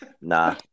nah